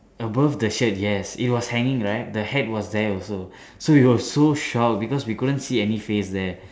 above the shirt yes it was hanging right the hat was there also so we were so shocked because we couldn't see any face there